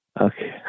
okay